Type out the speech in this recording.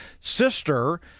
sister